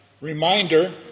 reminder